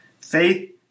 Faith